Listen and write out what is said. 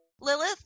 Lilith